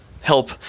help